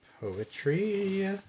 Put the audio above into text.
poetry